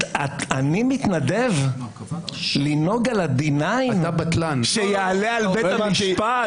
אני מתנדב לנהוג על הדיניין שיעלה על בית המשפט?